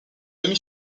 demi